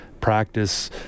practice